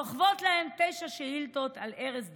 שוכבות להן תשע שאילתות על ערש דווי.